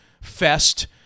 fest